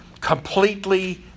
Completely